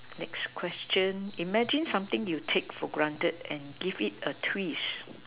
next question imagine something you take for granted and give it a twist